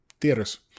theaters